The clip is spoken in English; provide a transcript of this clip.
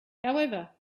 however